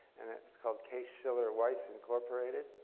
and it's called case shiller weiss incorporated.